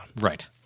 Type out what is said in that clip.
right